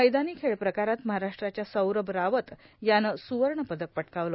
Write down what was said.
मैदानी खेळ प्रकारात महाराष्ट्राच्या सौरभ रावत यानं सुवर्ण पदक पटकावलं